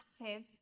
active